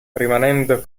rimanendo